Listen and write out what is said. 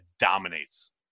dominates